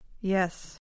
Yes